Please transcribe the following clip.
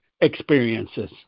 experiences